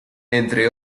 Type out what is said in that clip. entre